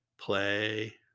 play